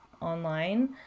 online